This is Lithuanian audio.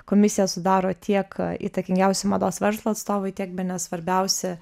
komisiją sudaro tiek įtakingiausi mados verslo atstovai tiek bene svarbiausi